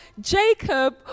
Jacob